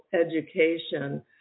education